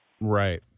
Right